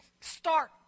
start